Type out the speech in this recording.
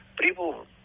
People